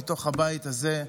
מתוך הבית הזה,